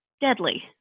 deadly